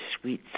sweet